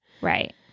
Right